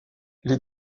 les